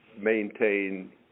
maintain